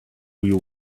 you